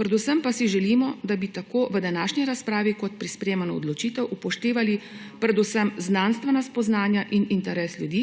Predvsem pa si želimo, da bi tako v današnji razpravi kot pri sprejemanju odločitev upoštevali predvsem znanstvena spoznanja in interes ljudi,